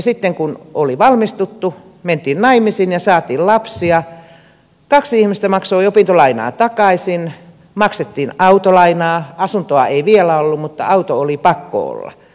sitten kun oli valmistuttu mentiin naimisiin ja saatiin lapsia kaksi ihmistä maksoi opintolainaa takaisin maksettiin autolainaa asuntoa ei vielä ollut mutta auto oli pakko olla